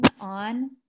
on